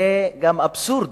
זה גם אבסורד